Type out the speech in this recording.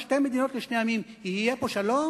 שתי מדינות לשני עמים יהיה פה שלום?